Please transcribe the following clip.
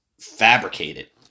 fabricated